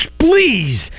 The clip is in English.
please